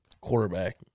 quarterback